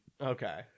okay